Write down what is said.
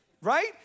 right